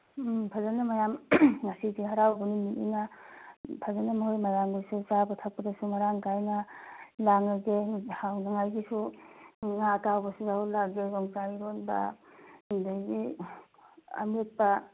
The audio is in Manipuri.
ꯎꯝ ꯐꯖꯅ ꯃꯌꯥꯝ ꯉꯁꯤꯁꯦ ꯍꯔꯥꯎꯕ ꯅꯨꯃꯤꯠꯅꯤꯅ ꯐꯖꯅ ꯃꯈꯣꯏ ꯃꯌꯥꯝꯒꯤꯁꯨ ꯆꯥꯕ ꯊꯛꯄꯗꯁꯨ ꯃꯔꯥꯡ ꯀꯥꯏꯅ ꯂꯥꯡꯂꯒꯦ ꯍꯥꯎꯅꯉꯥꯏꯒꯤꯁꯨ ꯉꯥ ꯑꯇꯥꯎꯕꯁꯨ ꯌꯥꯎꯍꯜꯂꯛꯂꯒꯦ ꯌꯣꯡꯆꯥꯛ ꯏꯔꯣꯟꯕ ꯑꯗꯒꯤ ꯑꯃꯦꯠꯄ